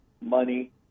money